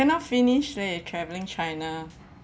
cannot finish leh travelling china